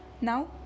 Now